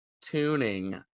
tuning